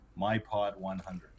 MYPOD100